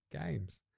games